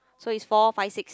so is four five six